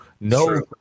no